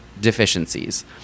deficiencies